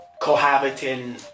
cohabiting